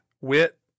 Wit